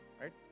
right